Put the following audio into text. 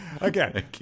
Again